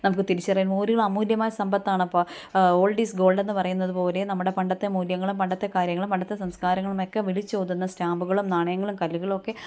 നമുക്ക് തിരിച്ചറിയാം അമൂല്യമായ സമ്പത്താണ് അപ്പം ഓൾഡ് ഇസ് ഗോൾഡ് എന്ന് പറയുന്നത് പോലെ നമ്മുടെ പണ്ടത്തെ മൂല്യങ്ങളും പണ്ടത്തെ കാര്യങ്ങളും പണ്ടത്തെ സംസ്കാരങ്ങളുമൊക്കെ വിളിച്ചോതുന്ന സ്റ്റാമ്പുകളും നാണയങ്ങളും കല്ലുകളൊക്കെ